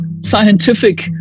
scientific